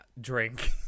drink